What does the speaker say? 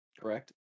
Correct